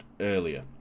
earlier